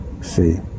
see